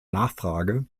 nachfrage